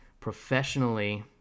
professionally